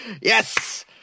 Yes